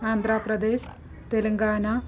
आन्ध्राप्रदेशः Telangana